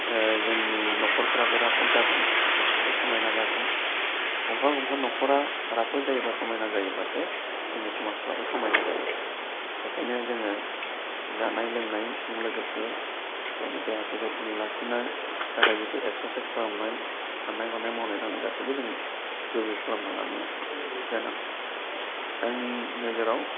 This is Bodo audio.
जोंनि न'खरफोराबो राफोद जागोन न'खरफ्रा समायना जागोन गंफा गंफा न'खरा राफोद जायोबा समायना जायोब्लासो जोंनि समाजफ्राबो समायना जायो बेनिखायनो जोङो जानाय लोंनायजों लोगोसे गावनि देहाखौ जोथोनै लाखिनो थाखाय जिथु एक्सारसायस खालामनाय साननाय हनाय मावनाय दांनाय गासैबो जोंनि गोग्गो खालामना लानाया गोनां आंनि नोजोराव